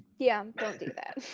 yeah, don't do that.